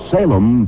Salem